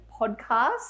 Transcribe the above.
podcast